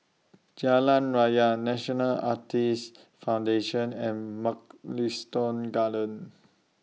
Jalan Raya National Arthritis Foundation and Mugliston Gardens